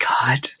God